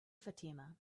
fatima